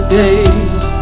days